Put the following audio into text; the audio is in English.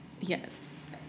Yes